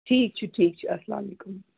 ٹھیٖک چھُ ٹھیٖک چھُ اَلسلام علیکُم